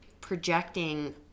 projecting